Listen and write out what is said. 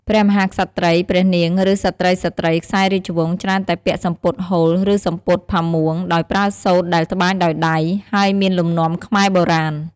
ព្រះមហាក្សត្រី ព្រះនាង ឬ ស្ត្រីៗខ្សែរាជវង្សច្រើនតែពាក់សំពត់ហូល ឬ សំពត់ផាមួង ដោយប្រើសូត្រដែលត្បាញដោយដៃ ហើយមានលំនាំខ្មែរបុរាណ។